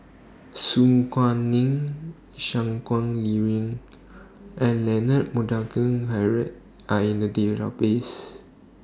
Su Guaning Shangguan Liuyun and Leonard Montague Harrod Are in The Database